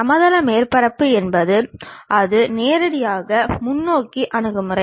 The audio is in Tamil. சமதள மேற்பரப்பு என்பது அது நேராக முன்னோக்கி அணுகுமுறை